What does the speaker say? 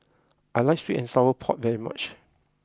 I like Sweet and Sour Pork very much